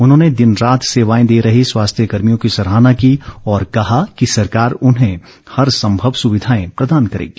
उन्होंने दिन रात र्सवाएं दे रहे स्वास्थ्य कर्भियों की सराहना की और कहा कि सरकार उन्हें हर संभव सुविधाए प्रदान करेगी